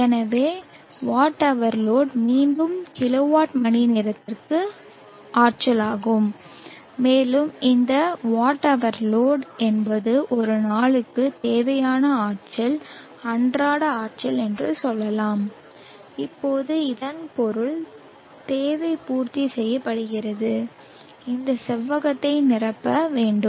எனவே WhLoad மீண்டும் kilowatt மணிநேரத்தில் ஆற்றலாகும் மேலும் இந்த WhLoad என்பது அந்த நாளுக்கு தேவையான ஆற்றல் அன்றாட ஆற்றல் என்று சொன்னால் இப்போது இதன் பொருள் தேவை பூர்த்தி செய்யப்படுகிறது இந்த செவ்வகத்தை நிரப்ப வேண்டும்